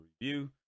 review